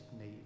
need